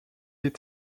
est